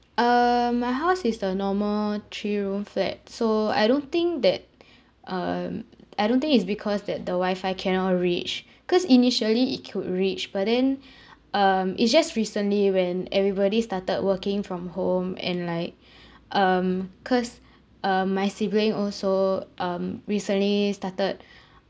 uh my house is the normal three room flat so I don't think that um I don't think is because that the wifi cannot reach cause initially it could reach but then um it's just recently when everybody started working from home and like um cause uh my sibling also um recently started